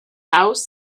house